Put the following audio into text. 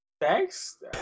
Thanks